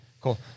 Cool